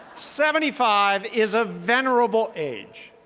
seventy five is a venerable age.